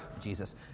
Jesus